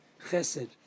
chesed